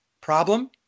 problem